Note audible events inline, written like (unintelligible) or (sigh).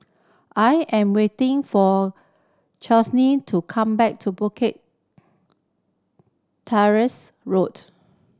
I am waiting for (unintelligible) to come back to Bukit Teresa Road